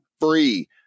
free